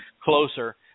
closer